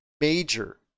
major